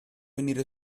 venire